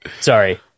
sorry